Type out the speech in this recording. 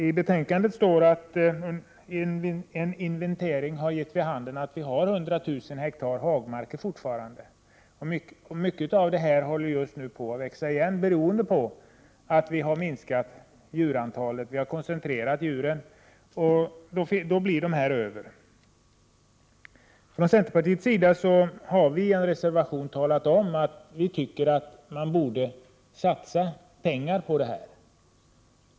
I betänkandet står det att en inventering har gett vid handen att det fortfarande finns 100 000 ha hagmarker men att mycket håller på att växa igen. Det beror på att djurantalet har minskat och att djuren har koncentrerats, vilket innebär att dessa marker blir över. Centerpartiet har i en reservation sagt att det borde satsas pengar på detta.